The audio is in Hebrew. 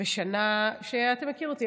ושנה אתה מכיר אותי,